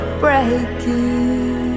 breaking